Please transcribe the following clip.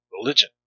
religion